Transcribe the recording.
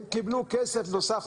עמידר קיבלו כסף נוסף,